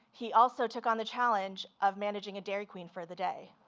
he also took on the challenge of managing a dairy queen for the day.